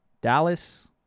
Dallas